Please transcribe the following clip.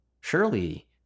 Surely